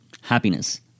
happiness